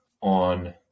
on